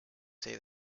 say